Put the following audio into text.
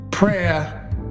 prayer